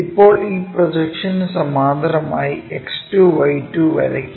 ഇപ്പോൾ ഈ പ്രൊജക്ഷന് സമാന്തരമായി X2Y2 വരയ്ക്കുക